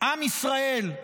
עם ישראל.